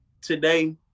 today